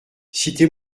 citez